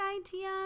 idea